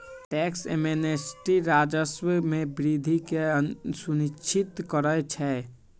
tax amnesty राजस्व में वृद्धि के सुनिश्चित करइ छै